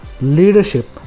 leadership